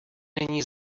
není